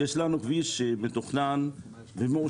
יש לנו כביש שמתוכנן ומאושר,